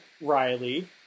Riley